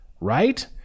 right